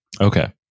Okay